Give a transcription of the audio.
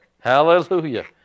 Hallelujah